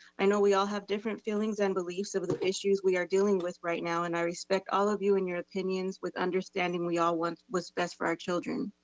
i know we all have different feelings and beliefs of of the issues we are dealing with right now. and i respect all of you and your opinions with understanding we all want what's best for our children.